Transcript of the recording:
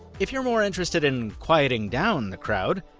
if you're more interested in quieting down the crowd,